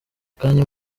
akanya